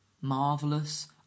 Marvelous